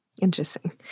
interesting